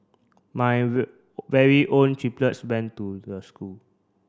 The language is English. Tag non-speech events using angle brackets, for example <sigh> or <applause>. my <unintelligible> very own triplets went to the school